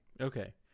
Okay